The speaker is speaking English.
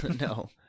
No